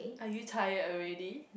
are you tired already